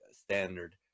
Standard